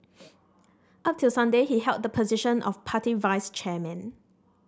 up till Sunday he held the position of party vice chairman